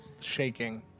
shaking